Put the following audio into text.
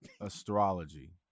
astrology